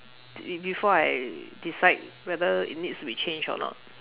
be before I decide whether it needs to be changed or not